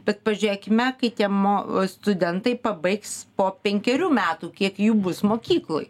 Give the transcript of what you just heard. bet pažiūrėkime kai tie mo studentai pabaigs po penkerių metų kiek jų bus mokykloj